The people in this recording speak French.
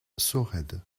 sorède